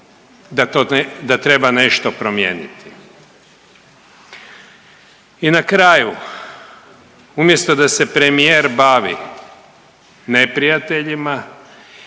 da treba nešto promijeniti. I na kraju umjesto da se premijer bavi neprijateljima